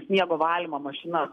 sniego valymo mašinas